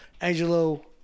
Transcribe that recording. Angelo